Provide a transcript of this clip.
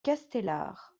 castellar